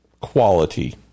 quality